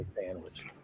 sandwich